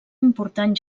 important